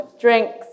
drinks